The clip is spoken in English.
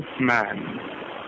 man